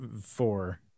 four